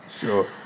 Sure